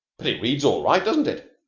but it reads all right, doesn't it?